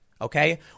okay